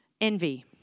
envy